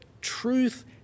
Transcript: truth